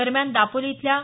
दरम्यान दापोली इथल्या डॉ